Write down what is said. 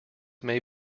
may